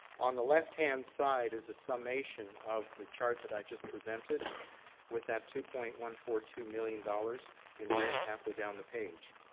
on the left hand side is a summation of the chart that i just presented with that two point one four two million dollars in red halfway down the page.